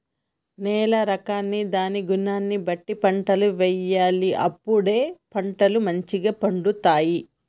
నేల రకాన్ని దాని గుణాన్ని బట్టి పంటలు వేయాలి అప్పుడే పంటలు మంచిగ పండుతాయి